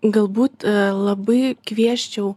galbūt labai kviesčiau